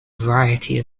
variety